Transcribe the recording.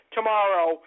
Tomorrow